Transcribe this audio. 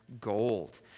gold